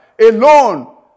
alone